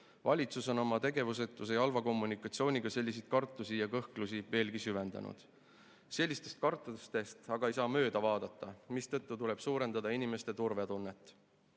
Valitsus on oma tegevusetuse ja halva kommunikatsiooniga selliseid kartusi ja kõhklusi veelgi süvendanud. Sellistest kartustest aga ei saa mööda vaadata, mistõttu tuleb suurendada inimeste turvatunnet. Eraldi